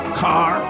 car